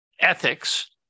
ethics